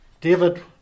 David